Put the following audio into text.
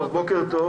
בוקר טוב